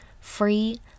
free